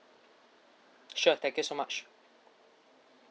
sure thank you so much